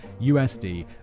USD